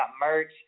merch